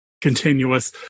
continuous